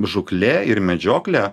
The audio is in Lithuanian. žūklė ir medžioklė